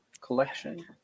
collection